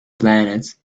planets